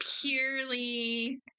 purely